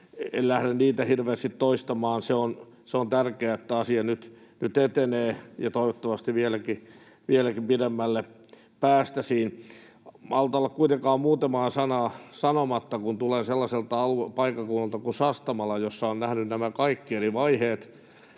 En lähde niitä hirveästi toistamaan. Se on tärkeää, että asia nyt etenee, ja toivottavasti vieläkin pidemmälle päästäisiin. En malta olla kuitenkaan muutamaa sanaa sanomatta, kun tulen sellaiselta paikkakunnalta kuin Sastamala, jossa olen nähnyt nämä kaikki eri vaiheet.